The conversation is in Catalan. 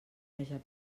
haja